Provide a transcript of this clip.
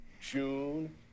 June